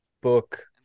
book